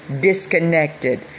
disconnected